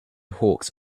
hawks